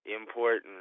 important